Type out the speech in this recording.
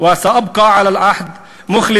הבטחתי לכם לפני הבחירות שאשקיע מאה אחוז מאמצים,